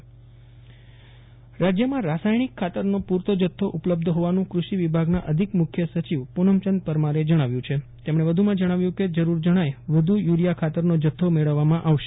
અશરફ નથવાણી રસાયણિક ખાતર રાજ્યમાં રાસાયણિક ખાતરનો પૂરતો જથ્થો ઉપલબ્ધ હોવાનું કૃષિવિભાગના અધિક મુખ્ય સચિવ પુનમચંદ પરમારે જણાવ્યું છે તેમણે વધુમાં જણાવ્યું કે જરૂર જણાય વધુ થુરિયા ખાતરનો જથ્થો મેળવવામાં આવશે